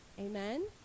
Amen